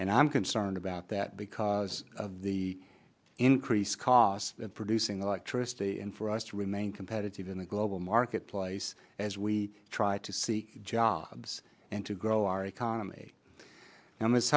and i'm concerned about that because of the increased cost of producing electricity and for us to remain competitive in the global marketplace as we try to see jobs and to grow our economy